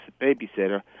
babysitter